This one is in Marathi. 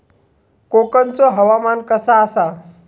कोकनचो हवामान कसा आसा?